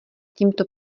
tímto